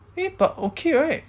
eh but okay right